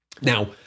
Now